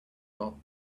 top